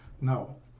No